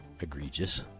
egregious